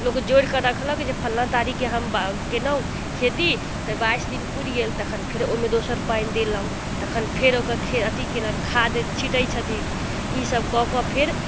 लोक जोड़िकऽ रखलक जे फल्लाँ तारीक कऽ हम बाउग केनौ खेती तऽ बाइस दिन पुरि गेल तऽ तखन ओइमे दोसर पानि देलहुँ तखन फेर ओकरा खे अथी केलनि खाद छिटै छथिन ई सभ कऽ कऽ फेर